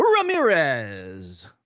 Ramirez